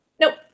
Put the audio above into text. Nope